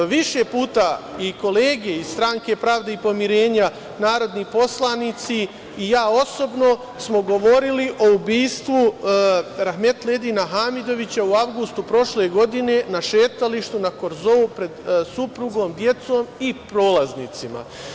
Više puta i kolege iz Stranke pravde i pomirenja, narodni poslanici i ja osobno smo govorili o ubistvu rahmetli Edina Hamidovića u avgustu prošle godine na šetalištu, na korzou pred suprugom, decom i prolaznicima.